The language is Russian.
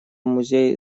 музей